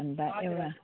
अन्त एउटा